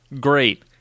Great